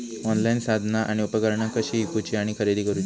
Online साधना आणि उपकरणा कशी ईकूची आणि खरेदी करुची?